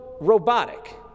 robotic